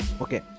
Okay